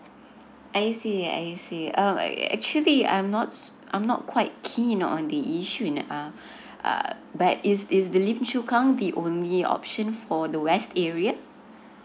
I see I see um actually I'm not I'm not quite keen on the yishun uh uh but is is the lim chu kang the only option for the west area